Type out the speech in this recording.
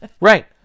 Right